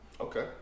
Okay